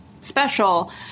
special